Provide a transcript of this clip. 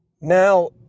Now